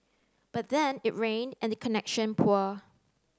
but then it rained and the connection poor